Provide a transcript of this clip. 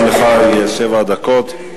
גם לך יהיו שבע דקות.